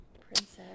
Princess